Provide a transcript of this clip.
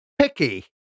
picky